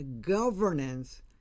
governance